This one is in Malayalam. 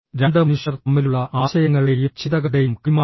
രണ്ട് മനുഷ്യർ തമ്മിലുള്ള ആശയങ്ങളുടെയും ചിന്തകളുടെയും കൈമാറ്റം